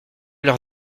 leur